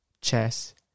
chess